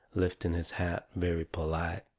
lifting his hat very polite.